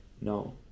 No